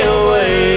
away